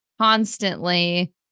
constantly